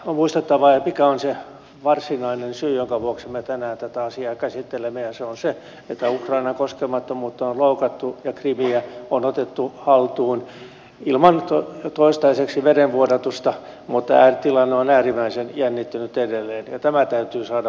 on muistettava mikä on se varsinainen syy jonka vuoksi me tänään tätä asiaa käsittelemme ja se on se että ukrainan koskemattomuutta on loukattu ja krimiä on otettu haltuun toistaiseksi ilman verenvuodatusta mutta tilanne on äärimmäisen jännittynyt edelleen ja tämä täytyy saada purkautumaan